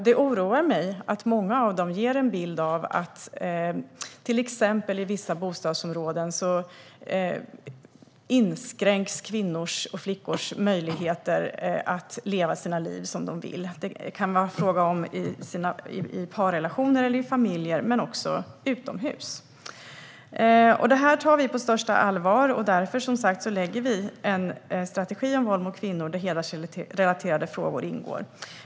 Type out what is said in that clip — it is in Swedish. Det oroar mig att många av dem ger en bild av att kvinnors och flickors möjligheter att leva sina liv som de vill inskränks, till exempel i vissa bostadsområden. Det kan vara fråga om vad som sker i parrelationer eller familjer, men också utomhus. Det här tar vi på största allvar. Därför lägger vi som sagt fram en strategi om våld mot kvinnor. Där ingår hedersrelaterade frågor.